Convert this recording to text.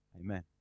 Amen